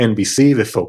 NBC ופוקס,